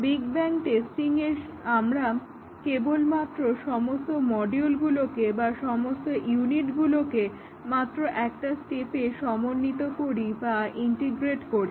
big bang টেস্টিংয়ে আমরা কেবলমাত্র সমস্ত মডিউলগুলোকে বা সমস্ত ইউনিটগুলোকে মাত্র একটা স্টেপে সমন্বিত করি বা ইন্টিগ্রেট করি